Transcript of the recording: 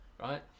right